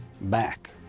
back